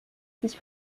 sich